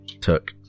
took